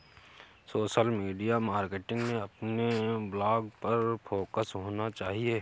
social media marketing में अपने blog पर फोकस होना चाहिए